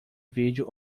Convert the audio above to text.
vídeo